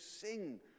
sing